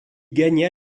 gagna